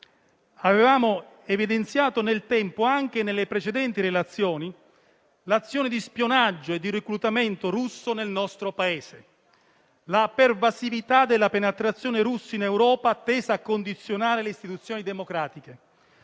Avevamo evidenziato nel tempo, anche nelle precedenti relazioni, l'azione di spionaggio e di reclutamento russo nel nostro Paese; la pervasività della penetrazione russa in Europa, tesa a condizionare le istituzioni democratiche;